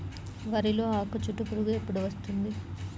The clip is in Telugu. వరిలో ఆకుచుట్టు పురుగు ఎప్పుడు వస్తుంది?